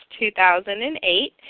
2008